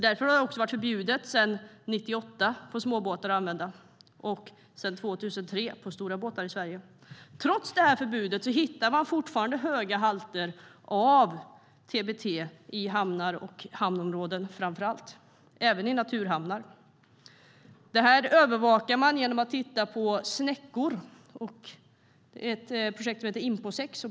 Därför har det varit förbjudet att använda på småbåtar sedan 1989 och sedan 2003 på stora båtar i Sverige. Trots förbudet hittar man fortfarande höga halter av TBT framför allt i hamnar och hamnområden, även i naturhamnar. Det här övervakar man genom att titta på snäckor i ett projekt om imposex.